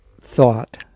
thought